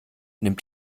nimmt